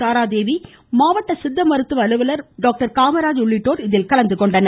தாராதேவி மாவட்ட சித்த மருத்துவ அலுவலர் மருத்துவர் காமராஜ் உள்ளிட்டோர் இதில் கலந்துகொண்டனர்